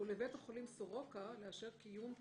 ולבית החולים סורוקה לאשר קיום סטאז'